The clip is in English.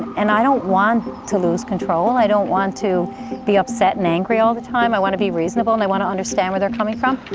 and i don't want to lose control. i don't want to be upset and angry all the time. i want to be reasonable, and i want to understand where they're coming from.